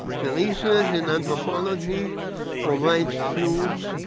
the research in anthropology provides clues